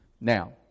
Now